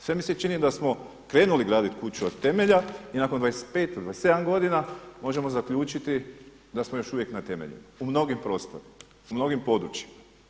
Sve mi se čini da smo krenuli gradit kuću od temelja i nakon 25, 27 godina možemo zaključiti da smo još uvijek na temeljima u mnogim prostorima, u mnogim područjima.